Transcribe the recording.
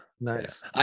nice